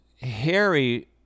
Harry